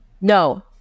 no